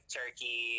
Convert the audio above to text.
turkey